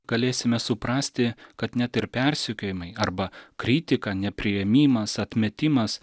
galėsime suprasti kad net ir persekiojimai arba kritika nepriėmimas atmetimas